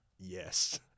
yes